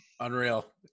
Unreal